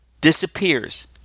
disappears